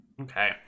Okay